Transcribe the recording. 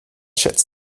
schätzt